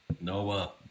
Noah